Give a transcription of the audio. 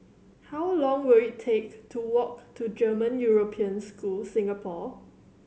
how long will it take to walk to German European School Singapore